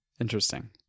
interesting